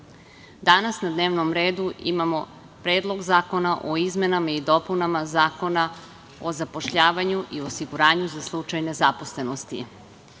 danas na dnevnom redu imamo Predlog zakona o izmenama i dopunama Zakona o zapošljavanju i osiguranju za slučaj nezaposlenosti. Cilj